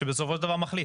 שבסופו של דבר מחליט.